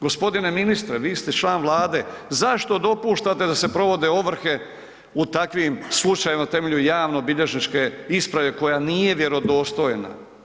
Gosp. ministre, vi ste član Vlade, zašto dopuštate da se provode ovrhe u takvim slučajevima na temelju javnobilježničke isprave koja nije vjerodostojna.